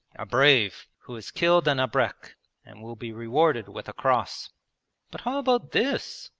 a brave, who has killed an abrek and will be rewarded with a cross but how about this?